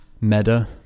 Meta